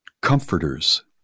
Comforters